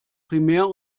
primär